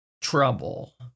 trouble